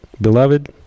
Beloved